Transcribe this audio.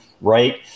Right